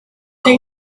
they